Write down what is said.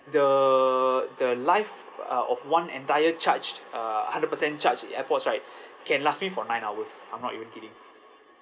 the the life uh of one entire charged uh hundred percent charged airpods right can last me for nine hours I'm not even kidding